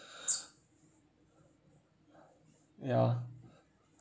ya